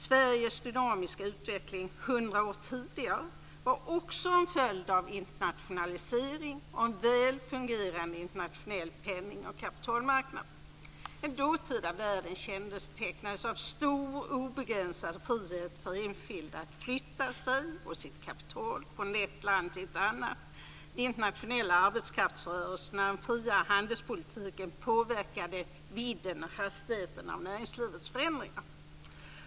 Sveriges dynamiska utveckling hundra år tidigare var också en följd av internationalisering och en väl fungerande internationell penning och kapitalmarknad. Den dåtida världen kännetecknades av stor, obegränsad frihet för enskilda att flytta sig och sitt kapital från ett land till ett annat. De internationella arbetskraftsrörelserna och den friare handelspolitiken påverkade vidden av och hastigheten på näringslivets förändringar.